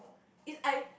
is I